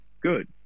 good